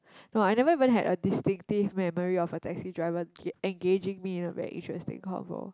no I never even had an distinctive memory of a taxi driver engaging me in a interesting convo